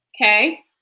Okay